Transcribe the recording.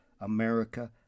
America